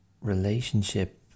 Relationship